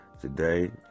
today